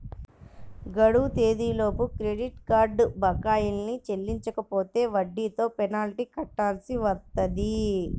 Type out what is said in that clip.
గడువు తేదీలలోపు credit card బకాయిల్ని చెల్లించకపోతే వడ్డీతో పెనాల్టీ కట్టాల్సి వత్తది